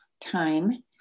time